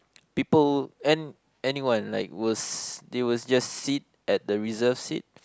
people and anyone like was they will just sit at the reserved seat